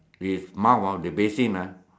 his mouth ah the basin ah